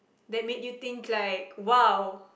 that made you think like !wow!